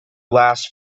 last